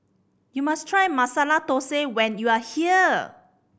you must try Masala Thosai when you are here